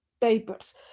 papers